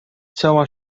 cała